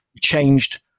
changed